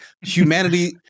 humanity